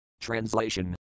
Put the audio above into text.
Translation